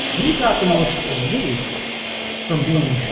we've got the most to lose from being and